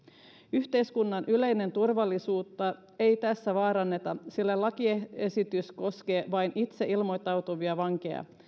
yhteiskunnan yleistä turvallisuutta ei tässä vaaranneta sillä lakiesitys koskee vain itse ilmoittautuvia vankeja